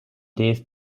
dave